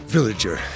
Villager